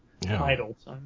titles